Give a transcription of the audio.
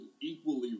equally